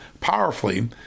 powerfully